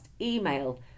email